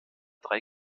drei